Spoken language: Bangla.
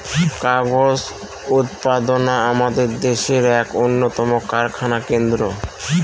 কাগজ উৎপাদনা আমাদের দেশের এক উন্নতম কারখানা কেন্দ্র